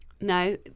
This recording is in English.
no